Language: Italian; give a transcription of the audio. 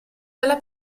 dalla